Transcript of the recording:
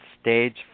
stage